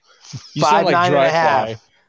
Five-nine-and-a-half